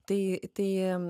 tai tai